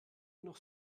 noch